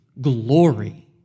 glory